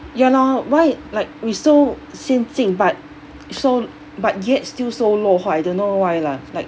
ya lor why like we so 先进 but so but yet still so 落后 I don't know why lah like